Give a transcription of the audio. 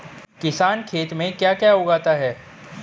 किसान खेत में क्या क्या उगाता है?